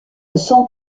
son